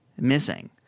missing